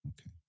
Okay